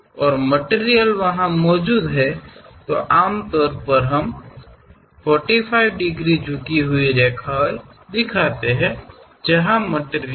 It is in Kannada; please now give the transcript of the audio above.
ಆದ್ದರಿಂದ ಸಾಮಾನ್ಯವಾಗಿ ನಾವು ವಸ್ತು ಇರುವ ಕಡೆ 45 ಡಿಗ್ರಿ ಇಳಿಜಾರಿನ ರೇಖೆಗಳನ್ನು ತೋರಿಸುತ್ತೇವೆ